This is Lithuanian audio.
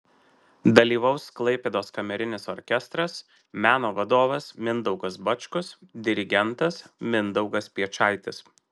dalyvaus klaipėdos kamerinis orkestras meno vadovas mindaugas bačkus dirigentas mindaugas piečaitis